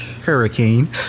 Hurricane